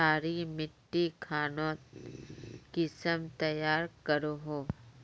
क्षारी मिट्टी खानोक कुंसम तैयार करोहो?